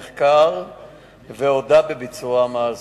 נחקר והודה בביצוע המעשה.